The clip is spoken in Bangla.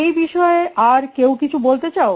এই বিষয়ে আর কেউ কিছু বলতে চাও